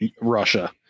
Russia